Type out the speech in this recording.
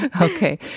Okay